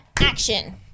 action